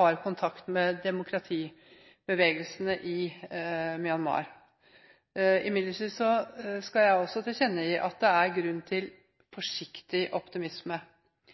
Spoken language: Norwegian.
har kontakt med demokratibevegelsene i Myanmar. Jeg skal imidlertid også tilkjennegi at det er grunn til forsiktig optimisme,